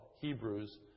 Hebrews